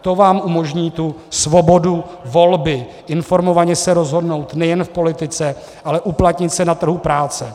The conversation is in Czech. To vám umožní tu svobodu volby informovaně se rozhodnout nejen v politice, ale uplatnit se na trhu práce.